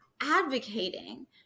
advocating